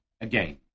again